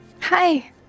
Hi